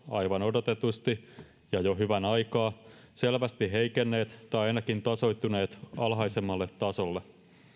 aivan odotetusti ja jo hyvän aikaa selvästi heikenneet tai ainakin tasoittuneet alhaisemmalle tasolle